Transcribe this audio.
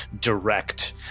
direct